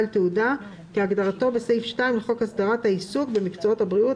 "בעל תעודה" כהגדרתו בסעיף 2 לחוק הסדרת העיסוק במקצועות הבריאות,